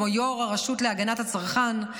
כמו יו"ר הרשות להגנת הצרכן,